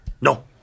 No